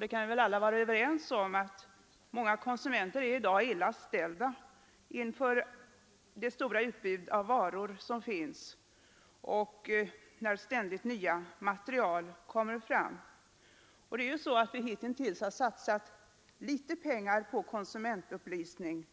Vi kan väl alla vara överens om att många konsumenter i dag är illa ställda inför det stora utbudet av varor och ständigt nya material. Vi har hitintills satsat ganska litet pengar på konsumentupplysning